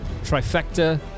trifecta